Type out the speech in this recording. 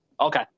Okay